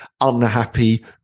unhappy